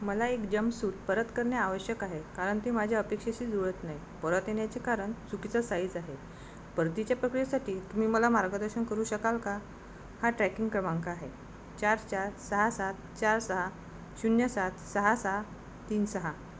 मला एक जंपसूट परत करणे आवश्यक आहे कारण ते माझ्या अपेक्षेशी जुळत नाही परत येण्याचे कारण चुकीचा साईज आहे परतीच्या प्रक्रियासाठी तुम्ही मला मार्गदर्शन करू शकाल का हा ट्रॅकिंग क्रमांक आहे चार चार सहा सात चार सहा शून्य सात सहा सहा तीन सहा